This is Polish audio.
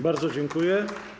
Bardzo dziękuję.